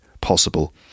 possible